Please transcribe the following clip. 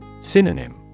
Synonym